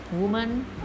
woman